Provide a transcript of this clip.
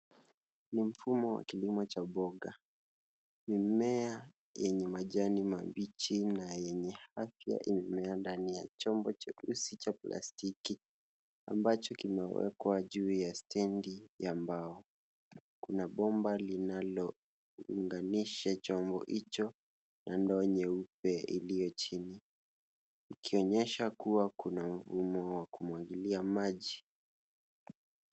Ni mfumo wa kilimo cha mboga. Mimea yenye majani mabichi na yenye afya imemea ndani ya chombo cheusi cha plastiki ambacho kimewekwa juu ya stendi ya mbao. Kuna bomba linalounganisha chombo hicho na ndoo nyeupe iliyo chini ikionyesha kuwa kuna mfumo wa kumwagilia maji.